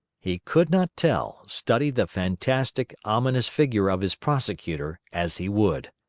he could not tell, study the fantastic, ominous figure of his prosecutor as he would!